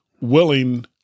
willing